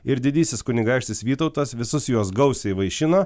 ir didysis kunigaikštis vytautas visus juos gausiai vaišino